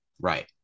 right